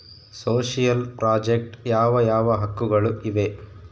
Social project ಯಾವ ಯಾವ ಹಕ್ಕುಗಳು ಇವೆ?